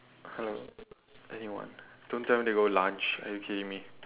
hello anyone don't tell me they go lunch are you kidding me